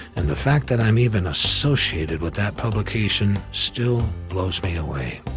and the fact that i'm even associated with that publication, still blows me away.